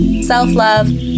self-love